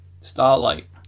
Starlight